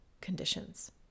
conditions